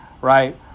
Right